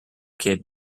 kid